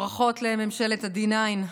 ברכות לממשלת ה-D9.